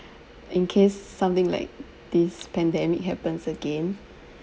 in case something like this pandemic happens again